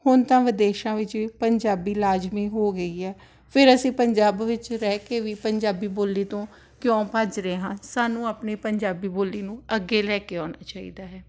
ਹੁਣ ਤਾਂ ਵਿਦੇਸ਼ਾਂ ਵਿੱਚ ਵੀ ਪੰਜਾਬੀ ਲਾਜ਼ਮੀ ਹੋ ਗਈ ਹੈ ਫਿਰ ਅਸੀਂ ਪੰਜਾਬ ਵਿੱਚ ਰਹਿ ਕੇ ਵੀ ਪੰਜਾਬੀ ਬੋਲੀ ਤੋਂ ਕਿਉਂ ਭੱਜ ਰਹੇ ਹਾਂ ਸਾਨੂੰ ਆਪਣੀ ਪੰਜਾਬੀ ਬੋਲੀ ਨੂੰ ਅੱਗੇ ਲੈ ਕੇ ਆਉਣਾ ਚਾਹੀਦਾ ਹੈ